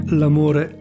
l'amore